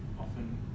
often